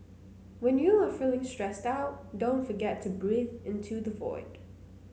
when you are feeling stressed out don't forget to breathe into the void